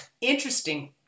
interesting